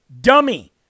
dummy